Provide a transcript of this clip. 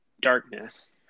darkness